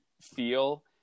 feel